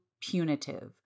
punitive